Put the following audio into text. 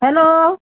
hello